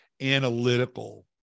analytical